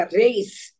race